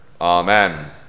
Amen